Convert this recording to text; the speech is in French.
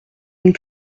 une